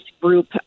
group